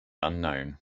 unknown